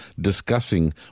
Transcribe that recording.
discussing